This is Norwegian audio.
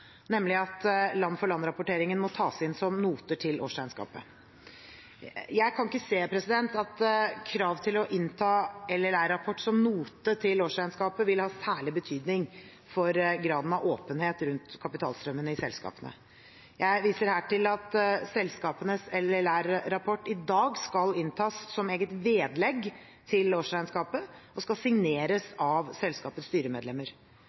nemlig at land-for-land-rapporteringen må tas inn som noter til årsregnskapet. Jeg kan ikke se at krav om å innta LLR-rapport som note til årsregnskapet vil ha særlig betydning for graden av åpenhet rundt kapitalstrømmene i selskapene. Jeg viser her til at selskapenes LLR-rapport i dag skal inntas som eget vedlegg til årsregnskapet, og skal signeres av selskapets styremedlemmer.